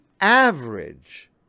average